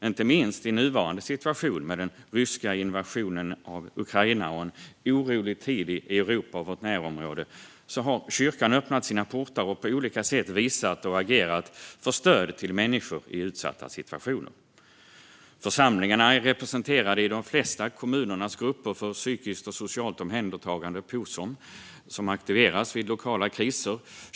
Inte minst i nuvarande situation, med den ryska invasionen av Ukraina och en orolig tid i Europa och vårt närområde, har kyrkan öppnat sina portar och på olika sätt visat på och agerat för stöd till människor i utsatta situationer. Församlingarna är representerade i de flesta kommuners grupp för psykiskt och socialt omhändertagande, Posom, som aktiveras vid lokala kriser.